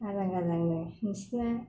आजां गाजांनो नोंसोरना